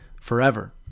forever